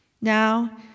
Now